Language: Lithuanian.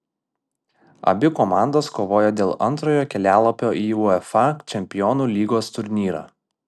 abi komandos kovoja dėl antrojo kelialapio į uefa čempionų lygos turnyrą